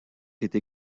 été